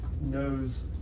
knows